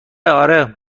اره